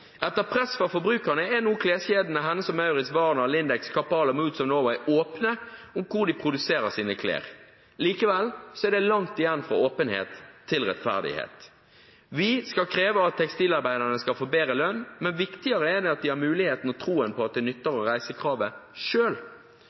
Etter press fra forbrukerne er nå kleskjedene Hennes & Mauritz, Varner, Lindex, KappAhl og Moods of Norway åpne om hvor de produserer sine klær. Likevel er det langt igjen fra åpenhet til rettferdighet. Vi skal kreve at tekstilarbeiderne skal få bedre lønn, men viktigere er det at de har muligheten til og troen på at det nytter